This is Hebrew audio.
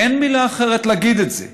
אין מילה אחרת להגיד את זה.